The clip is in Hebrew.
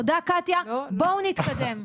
תודה קטיה, בואו נתקדם.